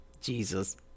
Jesus